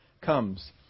comes